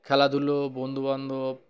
খেলাধুলো বন্ধুবান্ধব